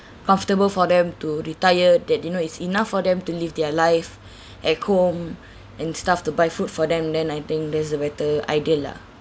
comfortable for them to retire that they know is enough for them to live their life at home and stuff to buy food for them then I think there's a better idea lah